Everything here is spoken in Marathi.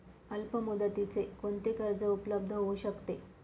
अल्पमुदतीचे कोणते कर्ज उपलब्ध होऊ शकते?